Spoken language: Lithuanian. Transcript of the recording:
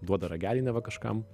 duoda ragelį neva kažkam